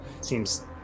Seems